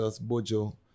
bojo